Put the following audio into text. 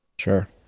Sure